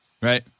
right